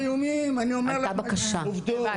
לא איומים, עובדות.